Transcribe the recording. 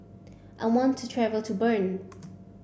I want to travel to Bern